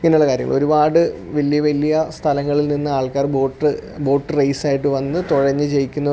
ഇങ്ങനെയുള്ള കാര്യങ്ങൾ ഒരുപാട് വലിയ വലിയ സ്ഥലങ്ങളിൽ നിന്ന് ആൾക്കാർ ബോട്ട് ബോട്ട് റേസ് ആയിട്ട് വന്നു തുഴഞ്ഞ് ജയിക്കുന്നു